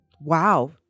Wow